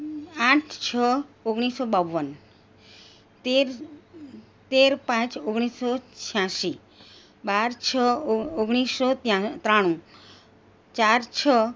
આઠ છ ઓગણીસો બાવન તેર તેર પાંચ ઓગણીસો છ્યાસી બાર છ ઓગણીસો ત્યાં ત્રાણુ ચાર છ